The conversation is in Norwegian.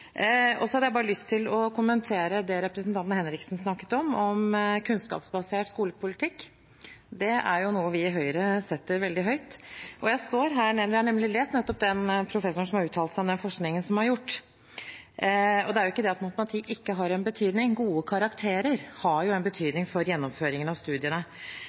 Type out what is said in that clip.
vi. Så hadde jeg lyst til å kommentere det representanten Henriksen snakket om, kunnskapsbasert skolepolitikk. Det er jo noe vi i Høyre setter veldig høyt. Jeg har nettopp lest om professoren som har uttalt seg om den forskningen som er gjort, og det er jo ikke det at matematikk ikke har en betydning – gode karakterer har jo en betydning for gjennomføring av studiene